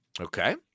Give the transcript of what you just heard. Okay